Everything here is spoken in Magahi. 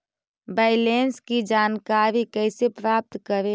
बैलेंस की जानकारी कैसे प्राप्त करे?